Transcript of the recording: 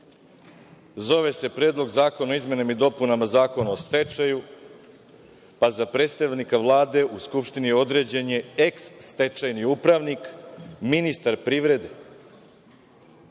zove se Predlog zakona o izmenama i dopunama Zakona o stečaju, pa za predstavnika Vlade u Skupštini određen je eh stečajni upravnik, ministar privrede,